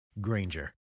Granger